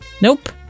Nope